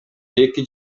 эки